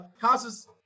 causes